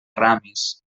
ramis